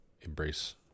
embrace